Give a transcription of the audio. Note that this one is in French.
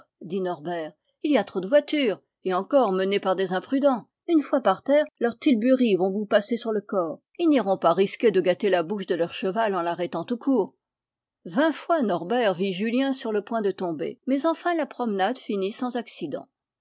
dit norbert il y a trop de voitures et encore menées par des imprudents une fois par terre leurs tilburys vont vous passer sur le corps ils n'iront pas risquer de gâter la bouche de leur cheval en l'arrêtant tout court vingt fois norbert vit julien sur le point de tomber mais enfin la promenade finit sans accident